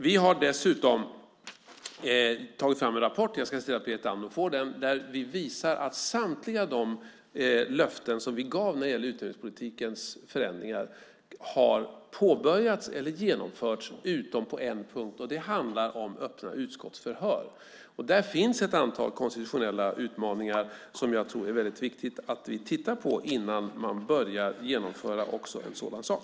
Vi har dessutom tagit fram en rapport - jag ska se till att Berit Andnor får den - där vi visar att samtliga löften som vi gav när det gäller förändringar i utnämningspolitiken har påbörjats eller genomförts utom på en punkt, och det handlar om öppna utskottsförhör. Där finns ett antal konstitutionella utmaningar som jag tror att det är väldigt viktigt att vi tittar närmare på innan vi börjar genomföra också en sådan sak.